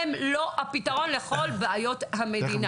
הם לא הפתרון לכל בעיות המדינה.